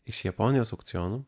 iš japonijos aukcionų